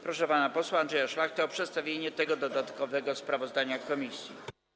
Proszę pana posła Andrzeja Szlachtę o przedstawienie dodatkowego sprawozdania komisji.